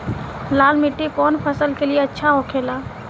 लाल मिट्टी कौन फसल के लिए अच्छा होखे ला?